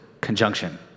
conjunction